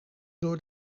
door